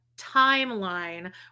timeline